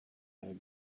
egg